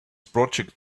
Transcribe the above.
project